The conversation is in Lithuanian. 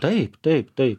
taip taip taip